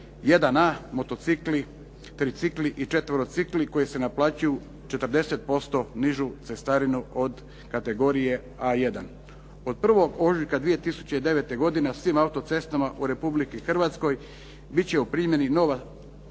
1A motocikli, tricikli i četverocikli koji se naplaćuju 40% nižu cestarinu od kategorije A1. Od 1. ožujka 2009. godine na svim autocestama u Republici Hrvatskoj biti će u primjeni nova